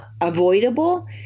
avoidable